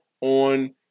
on